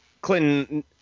Clinton